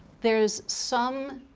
there's some